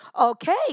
okay